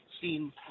seen